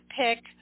pick